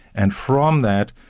and from that,